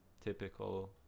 typical